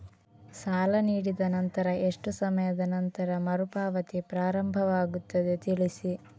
ಸಾಲ ನೀಡಿದ ನಂತರ ಎಷ್ಟು ಸಮಯದ ನಂತರ ಮರುಪಾವತಿ ಪ್ರಾರಂಭವಾಗುತ್ತದೆ ತಿಳಿಸಿ?